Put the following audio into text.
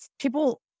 people